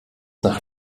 nach